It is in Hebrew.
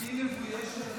היא מבוישת?